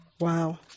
Wow